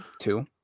Two